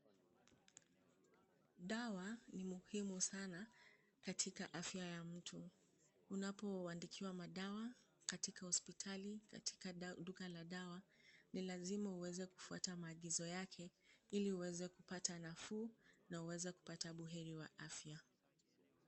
Dawa ni muhimu sana katika afya ya mtu. Unapoandikiwa madawa katika hospitali, katika duka la dawa ni lazima uweze kufuata maagizo yake, ili uweze kupata nafuu na uweze kupata buheri wa afya.